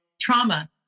trauma